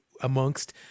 amongst